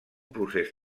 procés